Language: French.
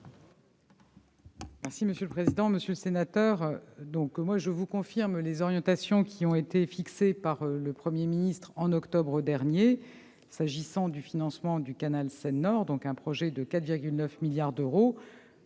la ministre. Monsieur le sénateur, je vous confirme les orientations qui ont été fixées par le Premier ministre en octobre dernier s'agissant du financement du canal Seine-Nord, projet estimé à 4,9 milliards d'euros.